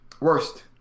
Worst